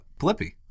Blippi